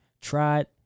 tried